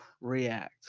react